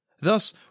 Thus